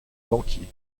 banquier